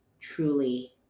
truly